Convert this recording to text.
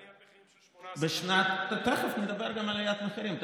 לא הייתה עליית מחירים של 18%. תכף נדבר גם על עליית המחירים.